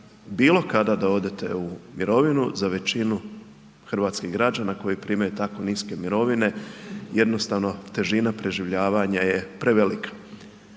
bilo kada da odete u mirovinu za većinu hrvatskih građana koji primaju tako niske mirovine jednostavno težina preživljavanja je prevelika.